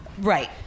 Right